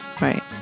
Right